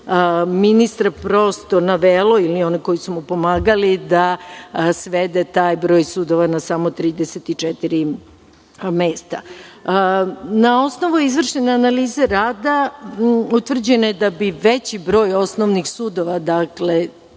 ministra navelo, ili one koji su mu pomagali, da svede taj broj sudova na samo 34 mesta. Na osnovu izvršene analize rada, utvrđeno je da bi veći broj osnovnih sudova, to je